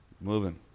Moving